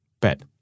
bed